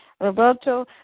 Roberto